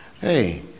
Hey